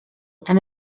and